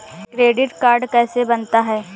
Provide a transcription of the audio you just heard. Credit card कैसे बनता है?